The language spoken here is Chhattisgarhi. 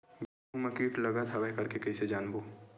गेहूं म कीट लगत हवय करके कइसे जानबो?